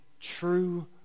true